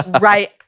Right